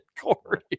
Corey